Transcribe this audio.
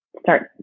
start